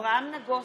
אברהם נגוסה,